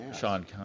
Sean